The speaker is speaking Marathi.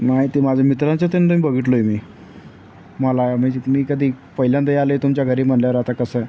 नाही ते माझ्या मित्रांच्या इथे बघितलं आहे मी मला मी म्हणजे मी कधी पहिल्यांदा आलो आहे तुमच्या घरी म्हटल्यावर आता कसं आहे